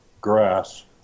grass